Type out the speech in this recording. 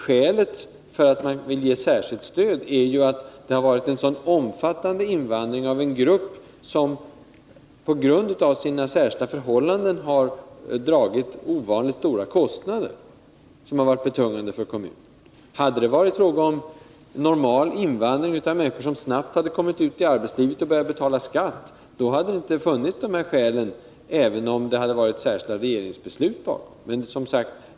Skälet för att man velat ge särskilt stöd är att det varit en så omfattande invandring från en grupp som på grund av sina särskilda förhållanden har föranlett ovanligt stora kostnader, vilka har varit betungande för kommunen. Hade det varit fråga om normal invandring, av människor som snabbt hade kommit ut i arbetslivet och börjat betala skatt, hade de särskilda skälen inte varit för handen, även om det hade legat regeringsbeslut bakom invandringen.